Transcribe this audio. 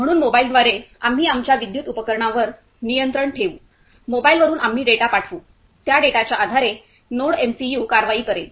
म्हणून मोबाईलद्वारे आम्ही आमच्या विद्युत उपकरणांवर नियंत्रण ठेवू मोबाइलवरून आम्ही डेटा पाठवू त्या डेटाच्या आधारे नोडएमसीयू कारवाई करेल